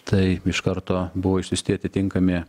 taip iš karto buvo išsiųsti atitinkami